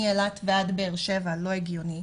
מאילת ועד באר שבע זה לא הגיוני.